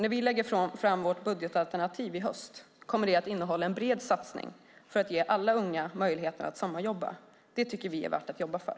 Det budgetalternativ som vi lägger fram i höst kommer att innehålla en bred satsning på att ge alla unga möjligheten att sommarjobba. Det tycker vi är värt att jobba för.